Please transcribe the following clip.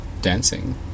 dancing